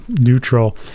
neutral